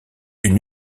une